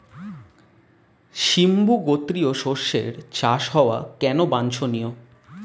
সিম্বু গোত্রীয় শস্যের চাষ হওয়া কেন বাঞ্ছনীয়?